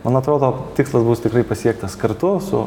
man atrodo tikslas bus tikrai pasiektas kartu su